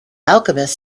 alchemist